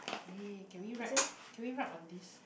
eh can we write on can we write on this